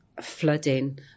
flooding